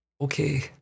Okay